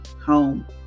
home